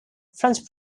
french